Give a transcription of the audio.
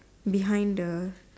behind the